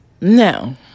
Now